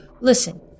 Listen